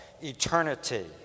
eternity